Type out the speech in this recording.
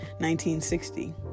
1960